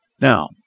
Now